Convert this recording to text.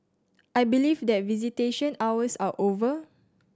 I believe that visitation hours are over